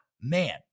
man